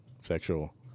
sexual